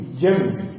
gems